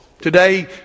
Today